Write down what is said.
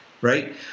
right